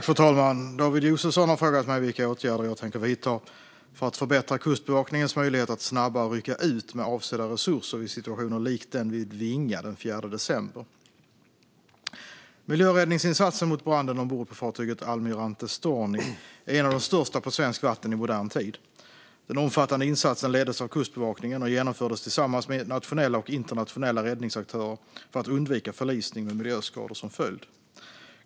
Fru talman! David Josefsson har frågat mig vilka åtgärder jag tänker vidta för att förbättra Kustbevakningens möjligheter att snabbare rycka ut med avsedda resurser vid situationer likt den vid Vinga den 4 december. Miljöräddningsinsatsen mot branden ombord på fartyget Almirante Storni är en av de största på svenskt vatten i modern tid. Den omfattande insatsen leddes av Kustbevakningen och genomfördes tillsammans med nationella och internationella räddningsaktörer för att undvika förlisning med miljöskador som följd.